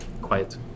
quiet